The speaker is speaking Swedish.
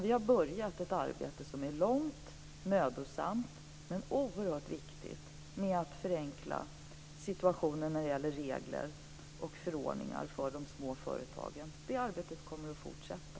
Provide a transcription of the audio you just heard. Vi har börjat ett arbete som är långt och mödosamt men oerhört viktigt med att förenkla situationen när det gäller regler och förordningar för de små företagen. Det arbetet kommer att fortsätta.